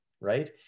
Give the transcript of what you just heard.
Right